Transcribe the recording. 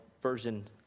Version